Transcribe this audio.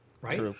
right